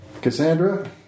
Cassandra